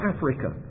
Africa